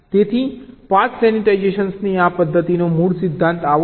તેથી પાથ સેન્સિટાઇઝેશનની આ પદ્ધતિનો મૂળ સિદ્ધાંત આવો છે